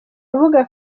rubuga